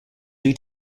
due